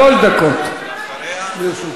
שלוש דקות לרשותך.